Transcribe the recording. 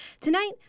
Tonight